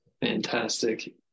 fantastic